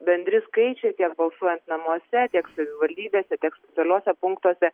bendri skaičiai tiek balsuojant namuose tiek savivaldybėse tiek specialiuose punktuose